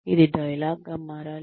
ఇది డైలాగ్గా భావించాలి